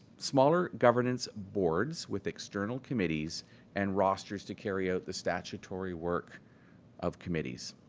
smaller governance boards with external committees and rosters to carry out the statutory work of committees.